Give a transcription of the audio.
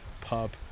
pub